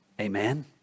Amen